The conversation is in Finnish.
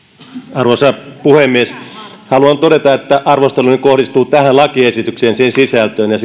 arvoisa puhemies haluan todeta että arvosteluni kohdistuu tähän lakiesitykseen sen sisältöön ja